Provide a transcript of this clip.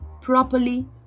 properly